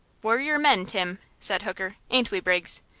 we're your men, tim, said hooker. ain't we, briggs?